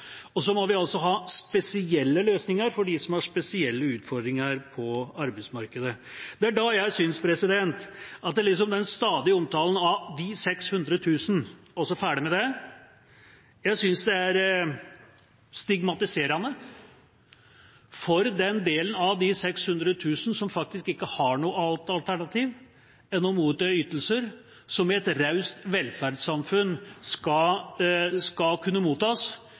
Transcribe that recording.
Så må vi ha spesielle løsninger for dem som har spesielle utfordringer på arbeidsmarkedet. Det er da jeg synes at den stadige omtalen av de 600 000 – og så ferdig med det – er stigmatiserende for den delen av de 600 000 som faktisk ikke har noe annet alternativ enn å motta ytelser, som i et raust velferdssamfunn skal kunne mottas